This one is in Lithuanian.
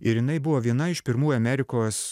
ir jinai buvo viena iš pirmųjų amerikos